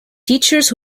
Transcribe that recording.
teachers